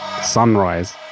sunrise